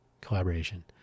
collaboration